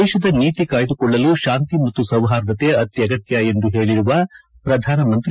ದೇಶದ ನೀತಿ ಕಾಯ್ದಕೊಳ್ಳಲು ಶಾಂತಿ ಮತ್ತು ಸೌಹಾರ್ದತೆ ಅತ್ಯಗತ್ಯ ಎಂದು ಹೇಳರುವ ಪ್ರಧಾನಮಂತ್ರಿ